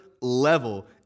level